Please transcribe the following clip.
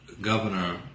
governor